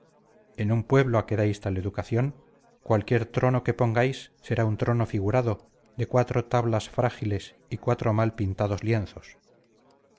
en un pueblo a que dais tal educación cualquier trono que pongáis será un trono figurado de cuatro tablas frágiles y cuatro mal pintados lienzos